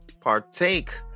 partake